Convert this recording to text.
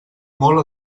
molt